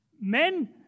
Men